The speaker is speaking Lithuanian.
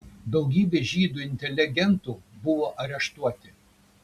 daugybė žydų inteligentų buvo areštuoti